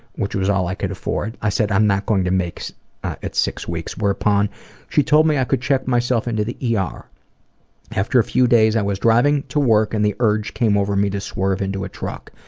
which was all i could afford. i said, i'm not going to make it six weeks whereupon she told me i could check myself into the yeah ah er. after a few days, i was driving to work and the urge came over me to swerve into a truck,